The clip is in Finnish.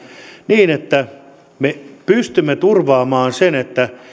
niin että me pystymme turvaamaan sen että